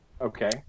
Okay